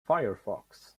firefox